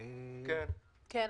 אדוני,